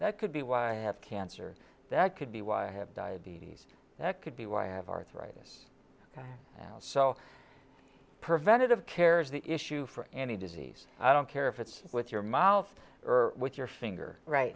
that could be why i have cancer that could be why i have diabetes that could be why i have arthritis so preventative care is the issue for any disease i don't care if it's with your mouth or with your finger right